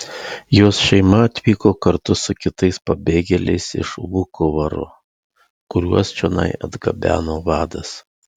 jos šeima atvyko kartu su kitais pabėgėliais iš vukovaro kuriuos čionai atgabeno vadas